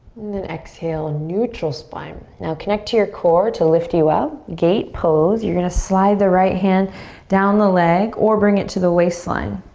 then exhale and neutral spine. now connect to your core to lift you up. gate pose. you're going to slide the right hand down the leg or bring it to the waistline.